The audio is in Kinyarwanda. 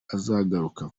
azagaruka